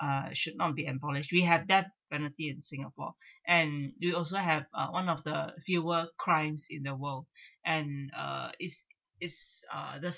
uh should not be abolished we have that penalty in singapore and do we also have uh one of the fewer crimes in the world and uh is is uh the